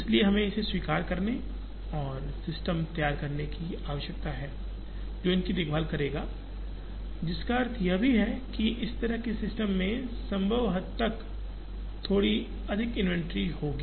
इसलिए हमें इसे स्वीकार करने और सिस्टम तैयार करने की आवश्यकता है जो इनकी देखभाल करेगा जिसका अर्थ यह भी है कि इस तरह के सिस्टम में संभव हद तक थोड़ी अधिक इन्वेंट्री होगी